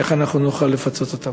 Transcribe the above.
איך אנחנו נוכל לפצות אותם.